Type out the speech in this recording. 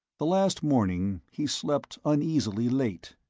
the last morning he slept uneasily late.